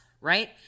Right